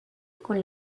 con